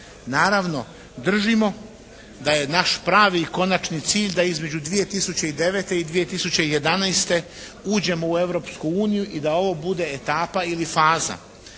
Naravno, držimo da je naš pravi i konačni cilj da između 2009. i 2011. uđemo u Europsku uniju i da ovo bude etapa ili faza.